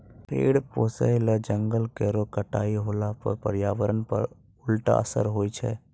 भेड़ पोसय ल जंगल केरो कटाई होला पर पर्यावरण पर उल्टा असर होय छै